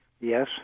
Yes